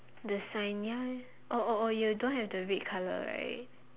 the sign ya ya oh oh oh you don't have the red colour right